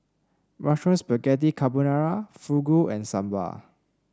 Mushroom Spaghetti Carbonara Fugu and Sambar